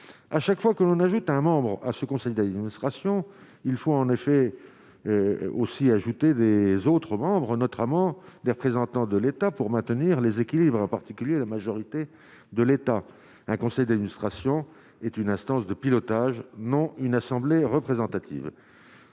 à chaque fois que l'on ajoute un membre à ce conseil d'administration, il faut en effet aussi ajouter des autres membres notamment des représentants de l'État pour maintenir les équilibres en particulier la majorité de l'État, un conseil d'administration est une instance de pilotage non une assemblée représentative,